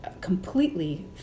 completely